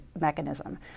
mechanism